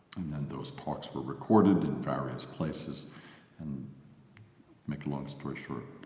and those talks were recorded in various places and making a long story short,